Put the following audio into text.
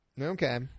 Okay